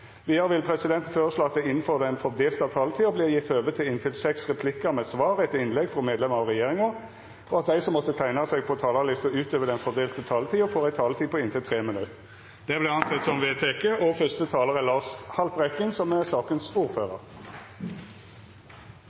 Vidare vil presidenten føreslå at det – innanfor den fordelte taletida – vert gjeve høve til inntil seks replikkar med svar etter innlegg frå medlemer av regjeringa, og at dei som måtte teikna seg på talarlista utover den fordelte taletida, får ei taletid på inntil 3 minutt. – Det er vedteke. Jeg vil først takke komiteen for arbeidet med disse to sakene. Det har vært en ganske rask behandling. Jeg er